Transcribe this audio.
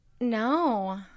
No